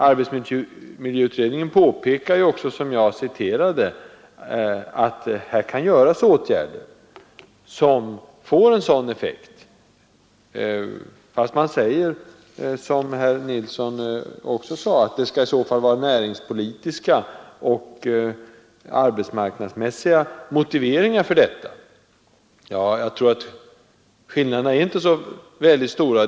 Arbetsmiljöutredningen påpekar ju också, som jag citerade, att här kan vidtas åtgärder som får en sådan effekt. Fast man säger — som herr Nilsson också framhöll — att det skall i så fall vara näringspolitiska och arbetsmarknadsmässiga motiveringar för detta. Jag tror inte att skillnaderna är så stora.